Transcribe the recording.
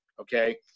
Okay